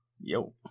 yo